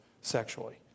sexually